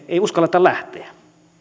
ei uskalleta lähteä